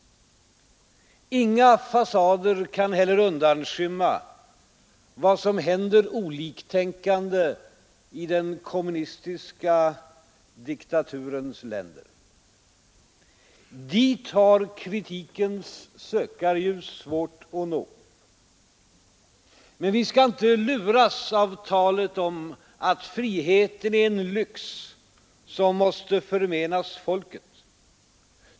Inga fasader kan heller undanskymma vad som händer oliktänkande i den kommunistiska diktaturens länder. Dit har kritikens sökarljus svårt att nå. Men vi skall inte luras av talet om att friheten är en lyx, som måste förmenas folket.